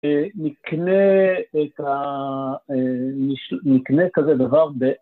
‫נקנה את ה... ‫נקנה כזה דבר ב...